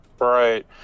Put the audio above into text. Right